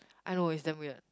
I know it's damn weird